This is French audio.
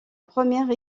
première